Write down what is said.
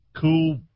cool